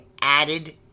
added